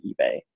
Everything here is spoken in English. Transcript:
eBay